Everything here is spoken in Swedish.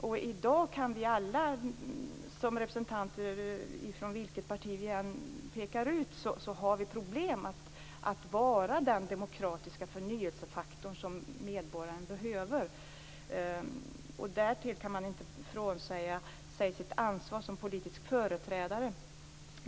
I dag har vi alla, som representanter från vilket parti vi än pekar ut, problem med att vara den demokratiska förnyelsefaktor som medborgarna behöver. Man kan inte frånsäga sig sitt ansvar som politisk företrädare.